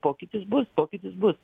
pokytis bus pokytis bus